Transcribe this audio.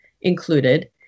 included